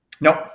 Nope